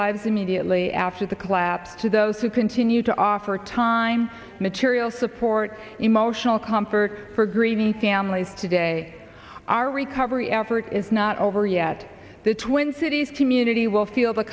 lives immediately after the collapse to those who continue to offer time material support emotional comfort for grieving families today our recovery effort is not over yet the twin cities community will feel the